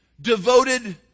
devoted